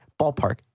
Ballpark